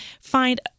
find